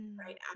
right